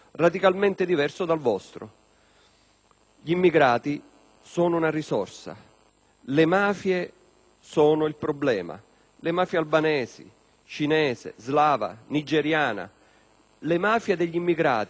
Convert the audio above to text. Gli immigrati sono una risorsa, le mafie sono il problema: le mafie albanese, cinese, slava, nigeriana. Le mafie degli immigrati sono realmente un problema.